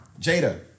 Jada